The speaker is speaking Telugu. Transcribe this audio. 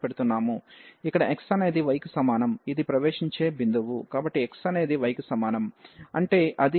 ఇక్కడ x అనేది y కి సమానం అది ప్రవేశించే బిందువు కాబట్టి x అనేది y కి సమానం అంటే అది లిమిట్